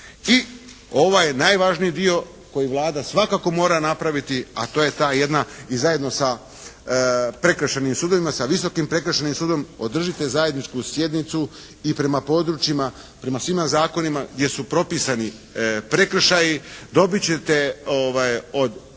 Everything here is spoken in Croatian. i ovaj najvažniji dio koji Vlada svakako mora napraviti, a to je ta jedna i zajedno sa prekršajnim sudovima, sa Visokim prekršajnim sudom održite zajedničku sjednicu i prema područjima, prema svima zakonima gdje su propisani prekršaji dobit ćete od